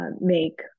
make